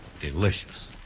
delicious